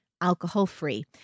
alcohol-free